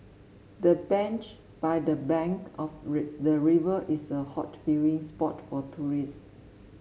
the bench by the bank of the river is a hot viewing spot for tourists